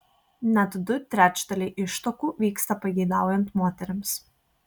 net du trečdaliai ištuokų vyksta pageidaujant moterims